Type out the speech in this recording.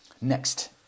Next